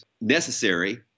necessary